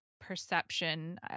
perception